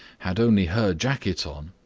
had only her jacket on,